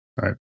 Right